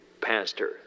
Pastor